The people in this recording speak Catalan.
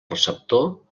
receptor